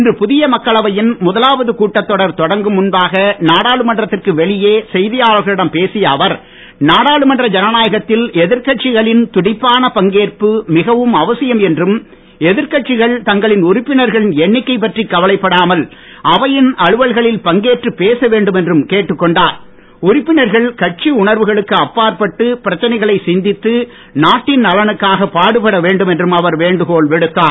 இன்று புதிய மக்களவையின் முதலாவது கூட்டத் தொடர் முன்பாக தொடங்கும் வெளியே செய்தியாளர்களிடம் பேசிய அவர் நாடாளுமன்ற ஜனநாயகத்தில் எதிர்கட்சிகளின் துடிப்பான பங்கேற்பு மிகவும் அவசியம் என்றும் உறுப்பினர்கள் எண்ணிக்கை பற்றி எதிர்கட்சிகள் தங்களின் கவலைப்படாமல் அவையின் அலுவல்களில் பங்கேற்றுப் பேச வேண்டும் என்றும் கேட்டுக் கொண்டார் உறுப்பினர்கள் கட்சி உணர்வுகளுக்கு அப்பாற்பட்டு பிரச்சனைகளை சிந்தித்து நாட்டின் நலனுக்காக பாடுபட வேண்டும் என்றும் அவர் வேண்டுகோள் விடுத்தார்